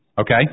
Okay